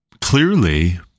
clearly